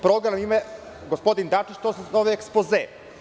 Program ima gospodin Dačić, to se zove ekspoze.